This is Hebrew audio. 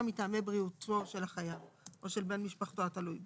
מטעמי בריאותו של החייב או של בן משפחתו התלוי בו.